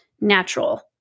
natural